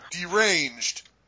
Deranged